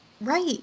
Right